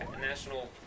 national